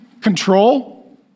Control